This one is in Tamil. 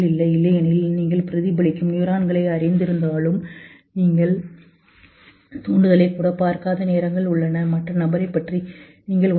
இல்லையெனில் நீங்கள் கண்ணாடி நியூரான்களை அறிந்திருந்தாலும் நீங்கள் தூண்டுதலைக் கூட பார்க்காத நேரங்கள் உள்ளன மற்ற நபரைப் பற்றி நீங்கள் உணரலாம்